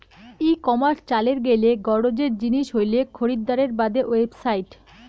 ই commerce চালের গেইলে গরোজের জিনিস হইলেক খরিদ্দারের বাদে ওয়েবসাইট